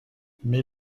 mais